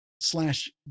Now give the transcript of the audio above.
slash